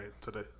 today